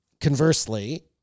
Conversely